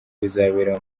bizabera